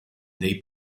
dei